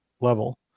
level